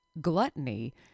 gluttony